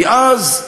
כי אז,